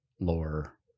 lore